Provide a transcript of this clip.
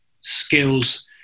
skills